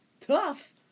tough